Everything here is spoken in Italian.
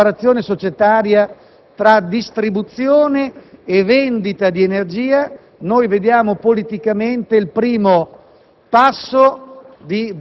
in questa prima separazione societaria tra distribuzione e vendita di energia vediamo, politicamente, il primo